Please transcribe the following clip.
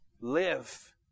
live